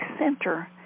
center